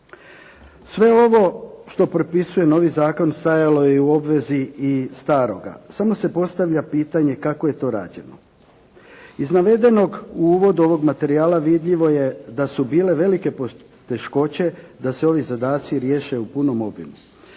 Sve ovo što propisuje novi zakon stajalo je i u obvezi i staroga, samo se postavlja pitanje kako je to rađeno. Iz navedenog u uvodu ovog materijala vidljivo je da su bile velike poteškoće da se ovi zadaci riješe u punom obimu.